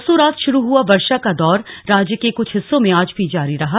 परसों रात शुरू हआ वर्षा का दौर राज्य के क्छ हिस्सों में आज भी जारी रहा